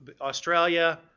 Australia